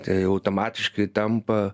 tai automatiškai tampa